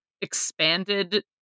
expanded